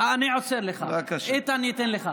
אני עוצר לך, איתן ייתן לך.